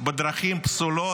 דרכים הפסולות,